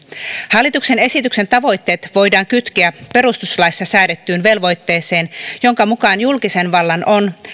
hallituksen esityksen tavoitteet voidaan kytkeä perustuslaissa säädettyyn velvoitteeseen jonka mukaan julkisen vallan on